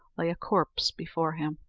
lay a corpse before him.